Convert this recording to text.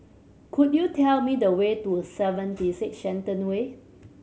could you tell me the way to Seventy Six Shenton Way